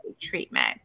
treatment